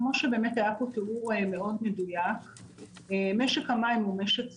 כפי שהיה פה תיאור מדויק - משק המים הוא אכן משק סגור.